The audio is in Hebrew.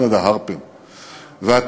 הממשלה, מה שאתה